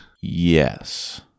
Yes